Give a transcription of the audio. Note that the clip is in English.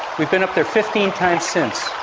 we've been up there fifteen times since,